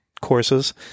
courses